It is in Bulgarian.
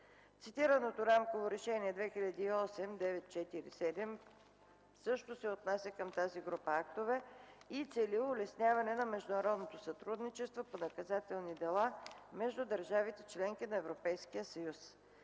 Цитираното Рамково решение 2008/947/ПВР също се отнася към тази група актове и цели улесняване на международното сътрудничество по наказателни дела между държавите-членки на Европейския съюз,